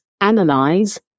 analyze